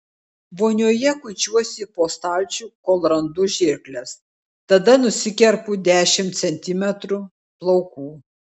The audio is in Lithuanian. vonioje kuičiuosi po stalčių kol randu žirkles tada nusikerpu dešimt centimetrų plaukų